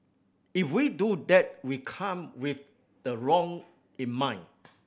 if we do that we come with the wrong in mind